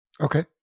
Okay